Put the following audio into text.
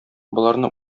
боларны